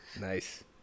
Nice